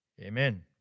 Amen